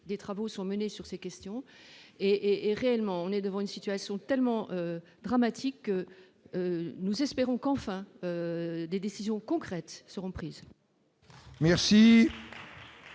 des travaux sont menés sur ces questions et est réellement, on est devant une situation tellement dramatique, nous espérons qu'enfin des décisions concrètes seront prises.